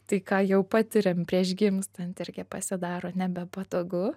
tai ką jau patiriam prieš gimstant irgi pasidaro nebepatogu